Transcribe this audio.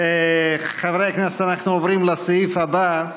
חברי הכנסת, אנחנו עוברים לסעיף הבא: